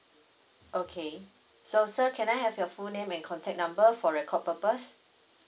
okay so sir can I have your full name and contact number for record purpose